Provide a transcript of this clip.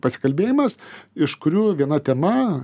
pasikalbėjimas iš kurių viena tema